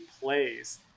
plays